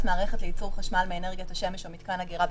מערכת לייצור חשמל מאנרגיית השמש או מיתקן אגירה,